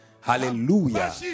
hallelujah